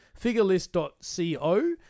FigureList.co